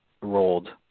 rolled